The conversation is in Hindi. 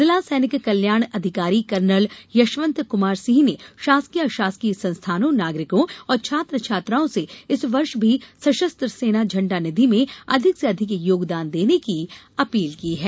जिला सैनिक कल्याण अधिकारी कर्नल यशवंत कुमार सिंह ने शासकीय अशासकीय संस्थानों नागरिकों और छात्र छात्राओं से इस वर्ष भी सशस्त्र सेना झण्डा निधि में अधिक से अधिक योगदान देने की अपील की है